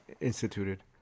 instituted